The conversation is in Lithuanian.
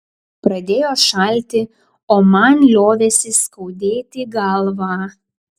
pradėjo šalti o man liovėsi skaudėti galvą